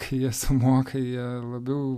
kai jie sumoka jie labiau